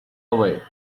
away